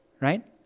right